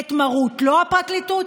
יבגני סובה,